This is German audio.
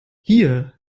hier